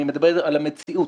אני מדבר על המציאות.